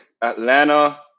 Atlanta